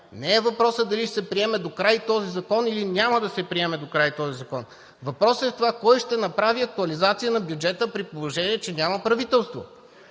не е въпросът дали ще се приеме докрай този закон, или няма да се приеме докрай този закон. Въпросът е в това кой ще направи актуализация на бюджета, при положение че няма правителство!